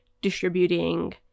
distributing